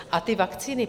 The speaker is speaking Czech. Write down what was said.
A ty vakcíny?